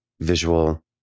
visual